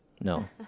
No